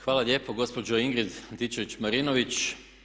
Hvala lijepo gospođo Ingrid Antičević-Marinović.